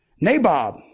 Nabob